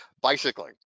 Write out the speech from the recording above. bicycling